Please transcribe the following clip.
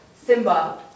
Simba